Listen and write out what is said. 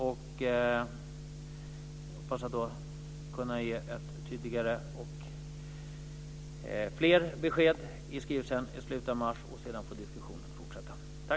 Jag hoppas att kunna ge tydligare och fler besked i skrivelsen i slutet av mars. Sedan får diskussionen fortsätta.